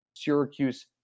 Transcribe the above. Syracuse